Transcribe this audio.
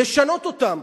לשנות אותם,